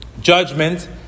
judgment